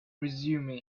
resume